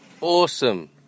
Awesome